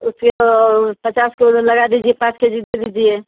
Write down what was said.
उसके और पचास के उधर लगा दीजिए पाँच के जी दे दीजिए